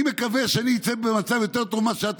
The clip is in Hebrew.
אני מקווה שאני אצא במצב יותר טוב ממך,